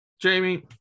jamie